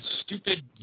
stupid